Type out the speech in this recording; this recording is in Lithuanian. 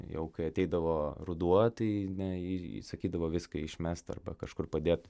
jau kai ateidavo ruduo tai ne ir įsakydavo viską išmest arba kažkur padėt